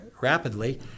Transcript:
rapidly